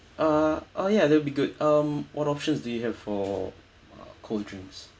uh uh ya that'll be good um what options do you have for cold drinks